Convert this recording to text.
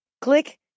Click